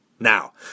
Now